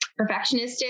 perfectionistic